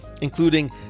including